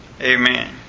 Amen